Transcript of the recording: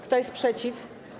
Kto jest przeciw?